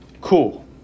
cool